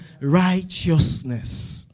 Righteousness